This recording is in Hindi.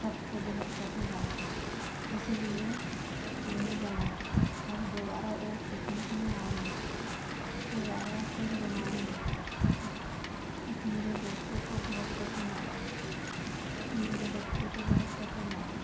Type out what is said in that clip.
सबको बहुत पसंद आया इसलिए हमने बनाकर गया अब दोबारा और पिकनिक में आएँगे दोबारा फ़िर बनाएँगे मेरे दोस्तों को बहुत पसंद आया मेरे बच्चों को बहुत पसंद आया